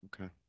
Okay